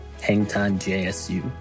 hangtimejsu